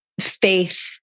faith